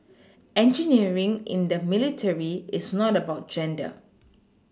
engineering in the military is not about gender